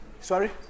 Sorry